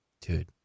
dude